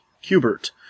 Hubert